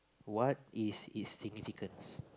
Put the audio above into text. what is its significance